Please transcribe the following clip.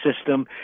system